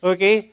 Okay